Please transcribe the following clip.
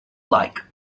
like